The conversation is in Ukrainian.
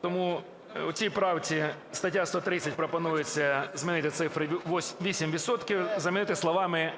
Тому у цій правці стаття 130 пропонується змінити цифри "8 відсотків" замінити словами